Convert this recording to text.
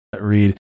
read